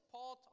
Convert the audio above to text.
Paul